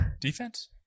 Defense